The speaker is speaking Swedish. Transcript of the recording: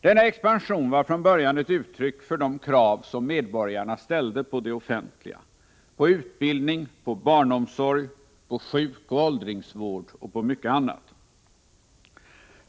Denna expansion var från början ett uttryck för de krav som medborgarna ställde på det offentliga: på utbildning, på barnomsorg, på sjukoch åldringsvård och på mycket annat.